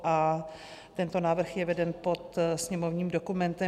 A tento návrh je veden pod sněmovním dokumentem 4848.